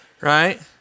Right